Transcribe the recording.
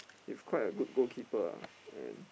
he's quite a good goalkeeper and